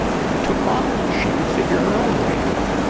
if it took off, she could figure her own way home.